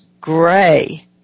gray